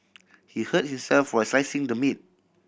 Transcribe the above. he hurt himself while slicing the meat